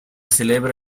celebra